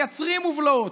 מייצרים מובלעות,